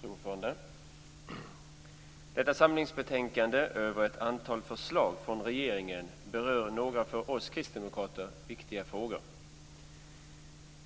Fru talman! Detta samlingsbetänkande över ett flertal förslag från regeringen berör några för oss kristdemokrater viktiga frågor.